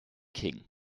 king